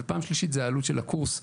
ופעם שלישית היא העלות של הקורס.